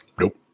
Nope